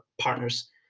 partners